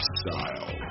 style